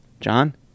John